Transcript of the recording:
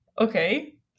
Okay